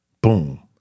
boom